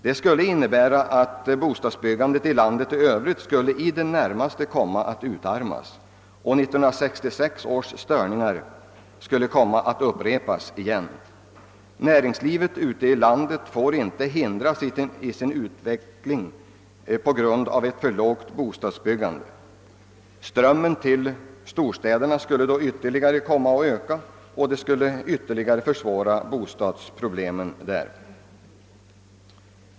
Det skulle nämligen innebära att bostadsbyggandet i landet i övrigt i det närmaste skulle utarmas, och 1966 års störningar skulle upprepas. Näringslivet i landet får inte hindras i sin utveckling på grund av ett alltför lågt bostadsbyggande. Strömmen till storstäderna skulle då ytterligare öka, och bostadsproblemen skulle därmed förvärras.